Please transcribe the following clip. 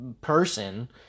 person